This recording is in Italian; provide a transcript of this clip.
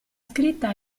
scritta